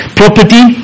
property